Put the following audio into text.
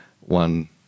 one